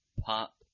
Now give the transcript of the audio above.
pop